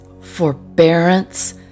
forbearance